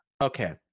Okay